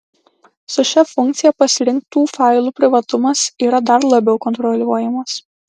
su šia funkcija pasirinktų failų privatumas yra dar labiau kontroliuojamas